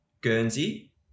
Guernsey